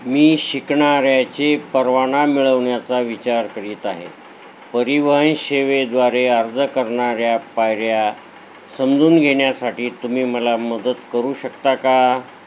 मी शिकणाऱ्याचे परवाना मिळवण्याचा विचार करीत आहे परिवहन सेवेद्वारे अर्ज करणाऱ्या पायऱ्या समजून घेण्यासाठी तुम्ही मला मदत करू शकता का